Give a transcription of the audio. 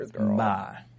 bye